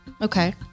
Okay